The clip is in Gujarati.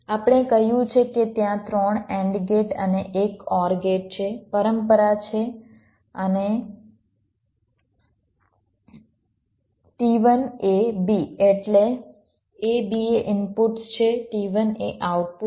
આપણે કહ્યું છે કે ત્યાં 3 AND ગેટ અને એક OR ગેટ છે પરંપરા છે અને t1 a b એટલે a b એ ઇનપુટ્સ છે t1 એ આઉટપુટ છે